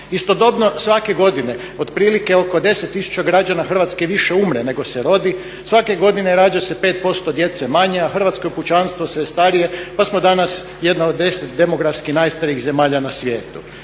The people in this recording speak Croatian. Istodobno svake godine otprilike oko 10 tisuća građana Hrvatske više umre nego se rodi. Svake godine rađa se 5% djece manje a hrvatsko pučanstvo je sve starije. Pa smo danas jedna od 10 demografski najstarijih zemalja na svijetu.